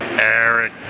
Eric